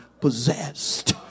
possessed